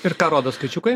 ir ką rodo skaičiukai